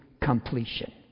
completion